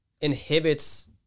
inhibits